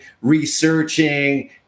researching